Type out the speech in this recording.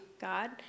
God